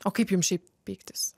o kaip jum šiaip pyktis